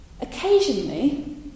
Occasionally